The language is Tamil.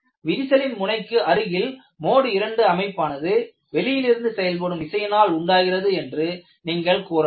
விரிசலின் முனைக்கு அருகில் மோடு 2 அமைப்பானது வெளியிலிருந்து செயல்படும் விசையினால் உண்டாகிறது என்று நீங்கள் கூறலாம்